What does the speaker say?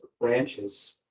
branches